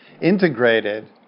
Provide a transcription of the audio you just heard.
integrated